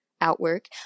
outwork